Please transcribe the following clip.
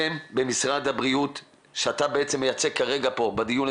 במשרד הבריאות שאתה מייצג כרגע בדיון,